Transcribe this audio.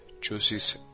chooses